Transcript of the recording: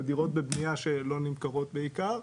זה דירות בבנייה שלא נמכרות בעיקר,